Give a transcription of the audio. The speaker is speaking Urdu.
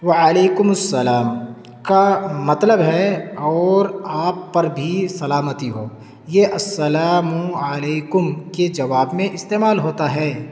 وعلیکم السلام کا مطلب ہے اور آپ پر بھی سلامتی ہو یہ السلام علیکم کے جواب میں استعمال ہوتا ہے